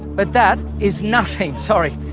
but that is nothing, sorry,